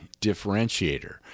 differentiator